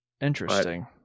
interesting